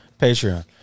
Patreon